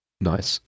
nice